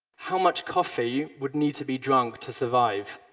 how much coffee would need to be drunk to survive?